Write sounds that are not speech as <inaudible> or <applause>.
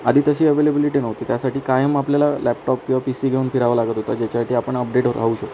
आधी तशी अवेलेबिलिटी नव्हती त्यासाठी कायम आपल्याला लॅपटॉप किंवा पी सी घेऊन फिरावं लागत होतं <unintelligible> आपण अपडेट राहू शकू